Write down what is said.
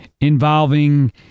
involving